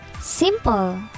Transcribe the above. simple